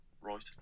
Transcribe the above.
Right